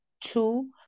two